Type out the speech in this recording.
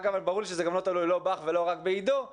וברור לי שזה לא תלוי בך או בעידו סופר,